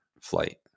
flight